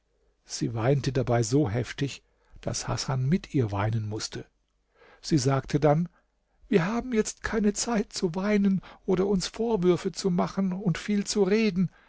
sie weinte dabei so heftig daß hasan mit ihr weinen mußte sie sagte dann wir haben jetzt keine zeit zu weinen oder uns vorwürfe zu machen und viel zu reden